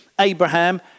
Abraham